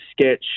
sketch